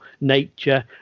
nature